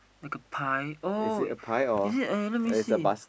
like a pie oh is it a let me see